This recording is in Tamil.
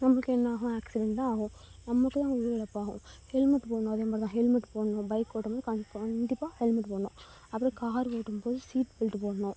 நம்பளுக்கு என்னாகும் ஆக்ஸிடெண்ட் தான் ஆகும் நம்மளுக்கு தான் அது உயிரிழப்பு ஆகும் ஹெல்மெட் போடணும் அதே மாதிரி தான் ஹெல்மெட் போடணும் பைக் ஓட்டும் போது கன்ஃபார்ம் கண்டிப்பாக ஹெல்மெட் போடணும் அப்புறம் கார் ஓட்டும் போது சீட் பெல்ட் போடணும்